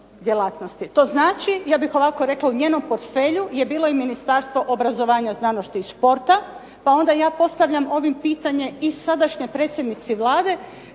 To znači, ja bih ovako rekla, u njenom portfelju je bilo i Ministarstvo obrazovanja, znanosti i športa pa onda ja postavljam ovim pitanje i sadašnjoj predsjednici Vlade